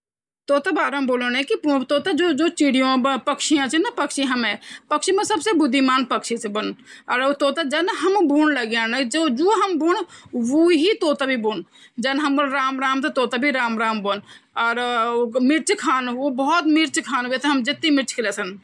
बिल्ली ते लोग बहुत अबसगुन मानदंन और जब बिल्ली जब नुम कखि जान लगया तह अगर वे हमरु रास्ता कटेलु जन काली बिल्ली चीन तह वे अगर हमरु रास्ता कटेली तह वे बहुत अब्सागुन मानदंन वख माँ बोल्दा की जरा रुक जावा या वे बठा जाने नीची |